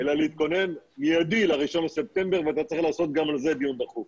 אלא להתכונן מיידי ל-1 בספטמבר ואתה צריך לעשות גם על זה דיון דחוף.